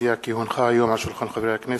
אודיע כי הונחו היום על שולחן הכנסת,